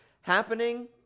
happening